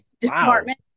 department